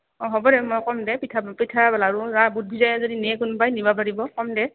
অঁ হ'ব দে মই ক'ম দে পিঠা পিঠা লাৰু আৰু বুট ভিজাই যদি নিয়ে কোনোবাই নিব পাৰিব ক'ম দে